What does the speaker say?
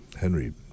Henry